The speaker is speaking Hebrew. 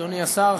אדוני השר,